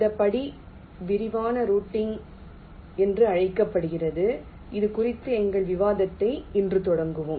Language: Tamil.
இந்த படி விரிவான ரூட்டிங் என்று அழைக்கப்படுகிறது இது குறித்த எங்கள் விவாதத்தை இன்று தொடங்குவோம்